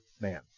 man